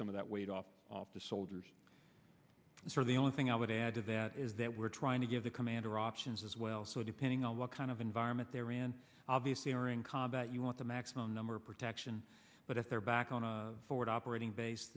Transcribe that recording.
some of that weight off the soldiers so the only thing i would add to that is that we're trying to give the commander options as well so depending on what kind of environment they ran obviously are in combat you want the maximum number of protection but if they're back on a forward operating bas